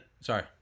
sorry